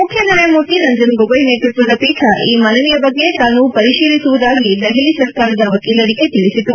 ಮುಖ್ಯನ್ನಾಯಮೂರ್ತಿ ರಂಜನ್ ಗೋಗೊಯ್ ನೇತೃತ್ವದ ಪೀಠ ಈ ಮನವಿಯ ಬಗ್ಗೆ ತಾನು ಪರಿತೀಲಿಸುವುದಾಗಿ ದೆಹಲಿ ಸರ್ಕಾರದ ವಕೀಲರಿಗೆ ತಿಳಿಸಿತು